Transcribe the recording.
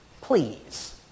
Please